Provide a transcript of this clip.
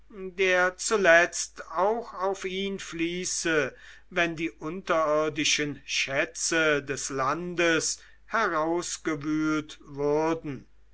der zuletzt auch auf ihn fließe wenn die unterirdischen schätze des landes herausgewühlt würden